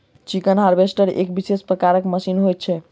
chicken harvester एक विशेष प्रकारक मशीन होइत छै